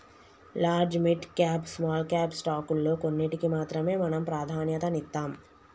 large, mid cap, small cap స్టాకుల్లో కొన్నిటికి మాత్రమే మనం ప్రాధన్యతనిత్తాం